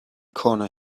corner